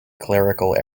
clerical